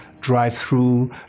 Drive-through